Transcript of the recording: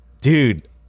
Dude